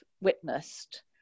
witnessed